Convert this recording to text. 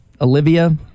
Olivia